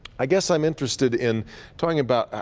i guess i'm interested in talking about,